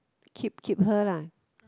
keep keep her lah